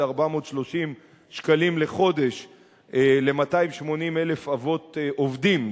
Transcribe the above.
430 שקלים לחודש ל-280,000 אבות עובדים.